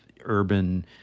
urban